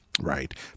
right